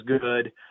good